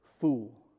Fool